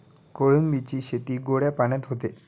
कोळंबीची शेती गोड्या पाण्यात होते